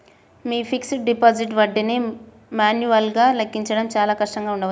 మీ fixed deposit వడ్డీని మాన్యువల్గా లెక్కించడం చాలా కష్టంగా ఉండవచ్చు